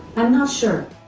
i'm not sure